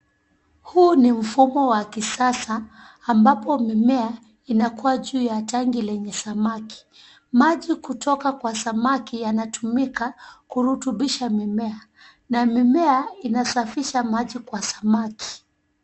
Huu ni mfumo wa kisasa ambapo mimea inakua juu ya tangi lenye samaki. Maji kutoka kwa samaki yanatumika kurutubisha mimea na mimea inasafisha maji kwa samaki.